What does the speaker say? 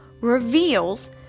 reveals